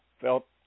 felt